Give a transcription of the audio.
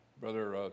Brother